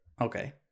Okay